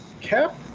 cap